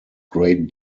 great